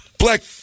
Black